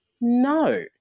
no